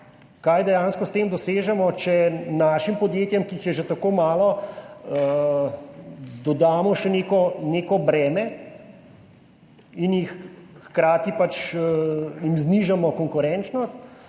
kaj dejansko s tem dosežemo, če našim podjetjem, ki jih je že tako malo, dodamo še neko breme, hkrati jim znižamo konkurenčnost,